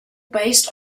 based